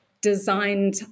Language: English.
designed